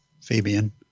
Fabian